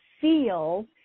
feel